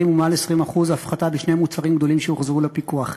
ומעל 20% הפחתה בשני מוצרים גדולים שהוחזרו לפיקוח,